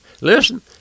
listen